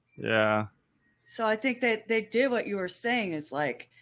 yeah so i think that they did what you were saying is like